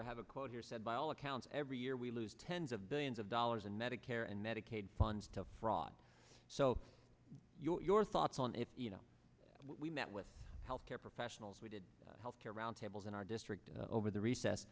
have a quote here said by all accounts every year we lose tens of billions of dollars in medicare and medicaid funds to fraud so you're thoughts on it you know we met with health care professionals we did health care roundtables in our district over the recess